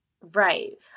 right